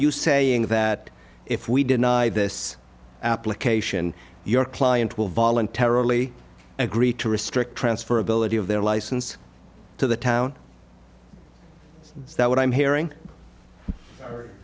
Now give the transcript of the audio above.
you saying that if we deny this application your client will voluntarily agree to restrict transfer ability of their license to the town is that what i'm hearing